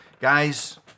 Guys